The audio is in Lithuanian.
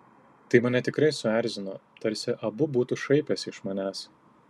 tai mane tikrai suerzino tarsi abu būtų šaipęsi iš manęs